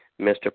Mr